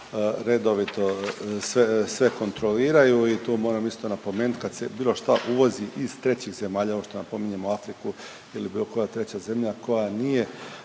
redovito sve, sve kontroliraju i tu moram isto napomenut, kad se bilo šta uvozi iz trećih zemalja, ovo što napominjemo Afriku ili bilo koja treća zemlja koja nije,